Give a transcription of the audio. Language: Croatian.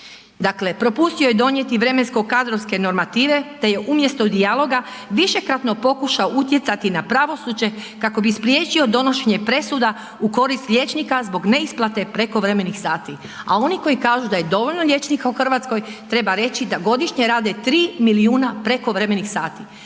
Dakle, propustio je donijeti vremensko kadrovske normative te je umjesto dijaloga višekratno pokušao utjecati na pravosuđe kako bi spriječio donošenje presuda u korist liječnika zbog neisplate prekovremenih sati, a oni koji kažu da je dovoljno liječnika u Hrvatskoj treba reći da godišnje rade 3 milijuna prekovremenih sati.